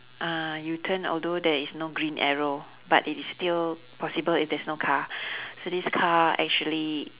uh u turn although there is no green arrow but it is still possible if there's no car so this car actually